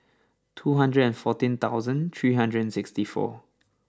two hundred and fourteen thousand three hundred and sixty four